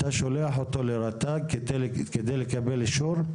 אתה שולח אותו לרט"ג כדי לקבל אישור?